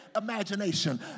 imagination